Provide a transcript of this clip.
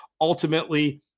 ultimately